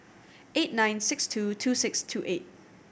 eight nine six two two six two eight